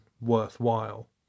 worthwhile